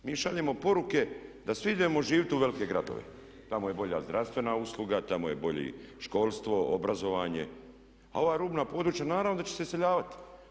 Mi šaljemo poruke da svi idemo živjeti u velike gradove, tamo je bolja zdravstvena usluga, tamo je bolje školstvo, obrazovanje a ova rubna područja naravno da ćete se iseljavati.